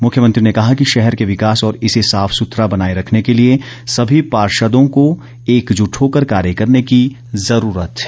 मुख्यमंत्री ने कहा कि शहर के विकास और इसे साफ सुथरा बनाए रखने के लिए सभी पार्षदों को एकजुट होकर कॉर्य करने की जरूरत है